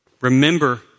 Remember